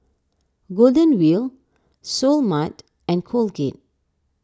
Golden Wheel Seoul Mart and Colgate